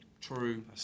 true